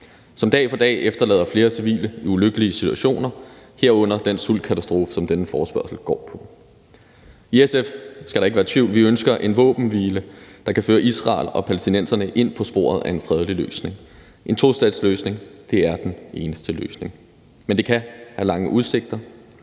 som dag for dag efterlader flere civile i ulykkelige situationer, herunder den sultkatastrofe, som denne forespørgsel går på. I SF, det skal der ikke være tvivl om, ønsker vi en våbenhvile, der kan føre Israel og palæstinenserne på sporet af en fredelig løsning. En tostatsløsning er den eneste løsning, men det kan have lange udsigter,